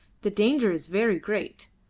the danger is very great.